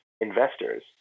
investors